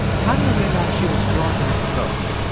tanya realized she was drawn to this approach.